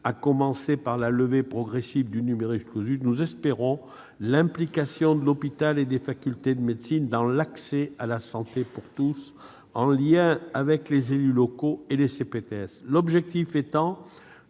à commencer par la levée progressive du, nous espérons une implication de l'hôpital et des facultés de médecine dans l'accès à la santé pour tous, en liaison avec les élus locaux et les CPTS, l'objectif étant